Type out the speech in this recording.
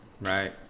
Right